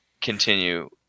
continue